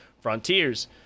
Frontiers